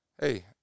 hey